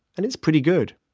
and it's pretty good.